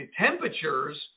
temperatures